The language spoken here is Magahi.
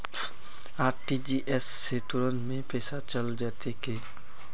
आर.टी.जी.एस से तुरंत में पैसा चल जयते की?